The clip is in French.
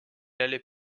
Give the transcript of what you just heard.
allait